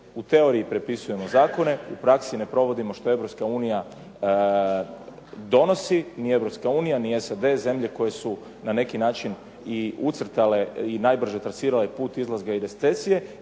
U teoriji prepisujemo zakone u praksi ne provodimo što Europska unija donosi. Ni Europska unija ni SAD zemlje koje su na neki način i ucrtale i najbrže trasirale put izlaska iz recesije.